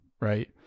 right